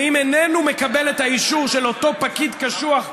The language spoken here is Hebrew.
ואם הוא איננו מקבל את האישור של אותו פקיד קשוח,